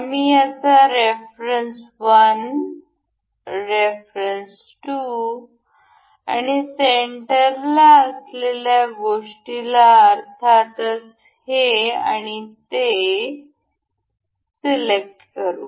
आम्ही त्याचा reference 1 reference 2 आणि सेंटरला असलेल्या गोष्टीला अर्थातच हे आणि ते सिलेक्ट करू